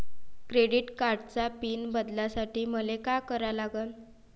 Credit कार्डाचा pin बदलासाठी मले का करा लागन?